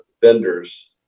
vendors